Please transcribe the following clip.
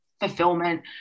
fulfillment